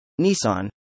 Nissan